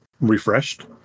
refreshed